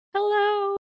hello